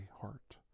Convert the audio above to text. heart